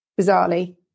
bizarrely